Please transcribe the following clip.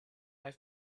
have